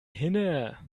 hinne